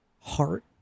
heart